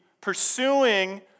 pursuing